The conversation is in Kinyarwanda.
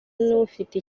n’ufite